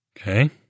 Okay